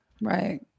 right